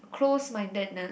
close mindedness